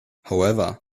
however